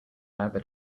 leather